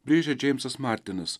brėžia džeimsas martinas